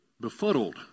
befuddled